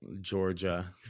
Georgia